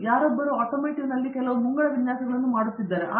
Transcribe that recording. ಆದ್ದರಿಂದ ಯಾರೊಬ್ಬರು ಆಟೋಮೋಟಿವ್ಗಳಲ್ಲಿ ಕೆಲವು ಮುಂಗಡ ವಿನ್ಯಾಸಗಳನ್ನು ಮಾಡುತ್ತಿದ್ದಾರೆ